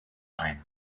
ein